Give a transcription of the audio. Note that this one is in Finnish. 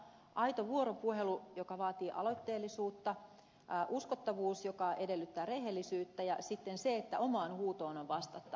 aito vuoropuhelu joka vaatii aloitteellisuutta uskottavuus joka edellyttää rehellisyyttä ja sitten se että omaan huutoon on vastattava